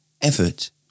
Effort